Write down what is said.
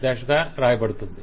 dash లా రాయబడుతుంది